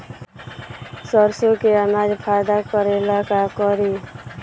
सरसो के अनाज फायदा करेला का करी?